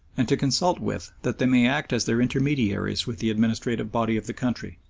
and to consult with that they may act as their intermediaries with the administrative body of the country.